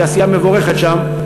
שהיא עשייה מבורכת שם,